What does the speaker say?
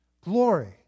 Glory